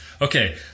Okay